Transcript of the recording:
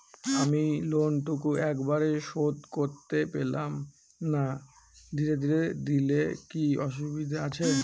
আমি লোনটুকু একবারে শোধ করতে পেলাম না ধীরে ধীরে দিলে কি অসুবিধে আছে?